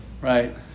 Right